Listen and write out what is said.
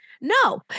No